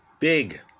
big